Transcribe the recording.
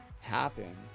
happen